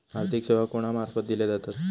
आर्थिक सेवा कोणा मार्फत दिले जातत?